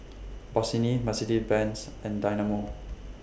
Bossini Mercedes Benz and Dynamo